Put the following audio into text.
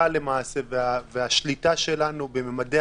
אם כל אחד ימשוך לכיוון שלו ויגיד: "בואו נתיר גם את זה,